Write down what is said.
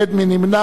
מי נמנע?